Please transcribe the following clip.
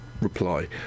Reply